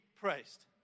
praised